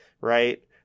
Right